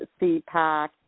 CPAC